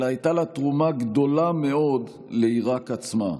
אלא הייתה לה תרומה גדולה מאוד לעיראק עצמה.